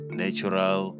natural